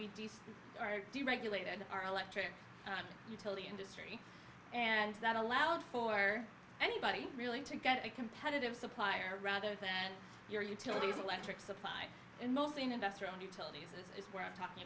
we are deregulated our electric utility industry and that allowed for anybody really to get a competitive supplier rather than your utilities electric supply in most an investor owned utilities is what i'm talking